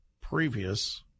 previous